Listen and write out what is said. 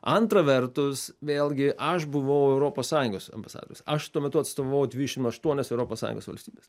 antra vertus vėlgi aš buvau europos sąjungos ambasadorius aš tuo metu atstovavau dvidešimt aštuonias europos sąjungos valstybes